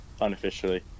unofficially